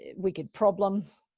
wicked problem.